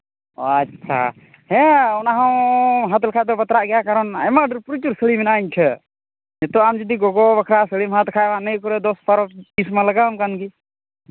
ᱟᱪᱪᱷᱟ ᱦᱮᱸ ᱚᱱᱟ ᱦᱚᱸ ᱦᱟᱛ ᱞᱮᱠᱷᱟᱱ ᱫᱚ ᱵᱟᱛᱨᱟᱜ ᱜᱮᱭᱟ ᱠᱟᱨᱚᱱ ᱟᱭᱢᱟ ᱯᱨᱚᱪᱩᱨ ᱥᱟᱹᱲᱤ ᱢᱮᱱᱟᱜᱼᱟ ᱤᱧ ᱴᱷᱮᱱ ᱱᱤᱛᱚᱜ ᱟᱢ ᱡᱩᱫᱤ ᱜᱚᱜᱚ ᱵᱟᱠᱷᱨᱟ ᱥᱟᱹᱲᱤᱢ ᱦᱟᱛ ᱠᱷᱟᱱ ᱱᱤᱭᱟᱹ ᱠᱚᱨᱮ ᱫᱚᱥ ᱵᱟᱨᱚ ᱯᱤᱥ ᱢᱟ ᱞᱟᱜᱟᱣᱟᱢ ᱠᱟᱱᱜᱮ